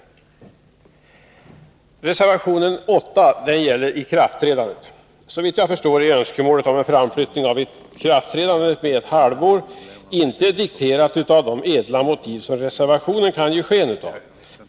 Reservationen 8 gäller ikraftträdandet. Så vitt jag förstår är önskemålet om en framflyttning av ikraftträdandet med ett halvår inte dikterat av de ädla motiv som reservationen ger sken av.